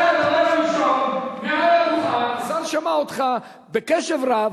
הראשון, השר שמע אותך בקשב רב.